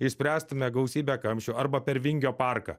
išspręstume gausybę kamščių arba per vingio parką